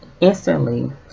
instantly